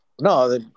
No